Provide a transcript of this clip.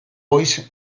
voice